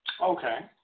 Okay